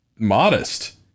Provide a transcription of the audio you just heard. modest